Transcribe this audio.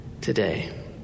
today